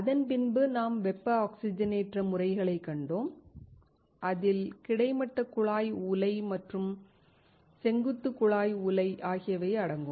அதன் பின்பு நாம் வெப்ப ஆக்ஸிஜனேற்ற முறைகளைக் கண்டோம் அதில் கிடைமட்ட குழாய் உலை மற்றும் செங்குத்து குழாய் உலை ஆகியவை அடங்கும்